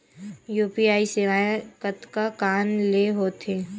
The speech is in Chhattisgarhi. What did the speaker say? यू.पी.आई सेवाएं कतका कान ले हो थे?